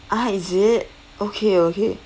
ah is it okay okay